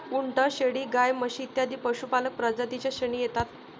उंट, शेळी, गाय, म्हशी इत्यादी पशुपालक प्रजातीं च्या श्रेणीत येतात